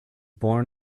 born